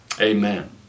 Amen